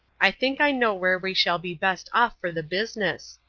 i think i know where we shall be best off for the business.